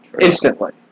instantly